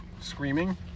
screaming